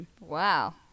Wow